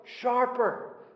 sharper